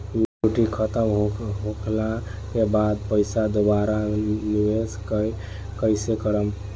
Maturity खतम होला के बाद पईसा दोबारा निवेश कइसे करेम?